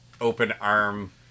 open-arm